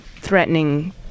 threatening